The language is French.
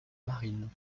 marine